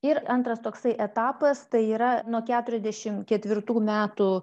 ir antras toksai etapas tai yra nuo keturiasdešim ketvirtų metų